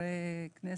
חברי כנסת,